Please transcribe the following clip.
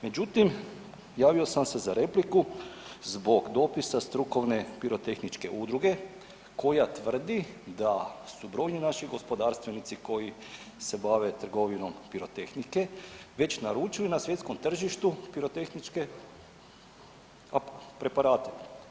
Međutim, javio sam se za repliku zbog dopisa Strukovne pirotehničke udruge koja tvrdi da su brojni naši gospodarstvenici koji se bave trgovinom pirotehnike već naručili na svjetskom tržištu pirotehničke preparate.